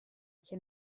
che